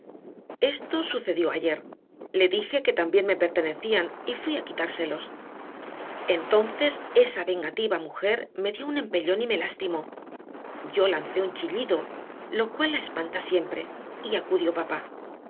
esto sucedió ayer le dije que también me pertenecían y fui a quitárselos entonces esa vengativa mujer me dio un empellón y me lastimó yo lancé un chillido lo cual la espanta siempre y acudió papá